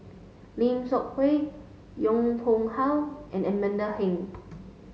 Lim Seok Hui Yong Pung How and Amanda Heng